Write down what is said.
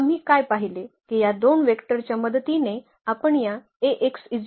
तर आम्ही काय पाहिले की या दोन वेक्टरच्या मदतीने आपण या